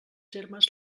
termes